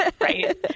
Right